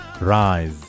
rise